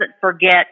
forget